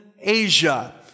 Asia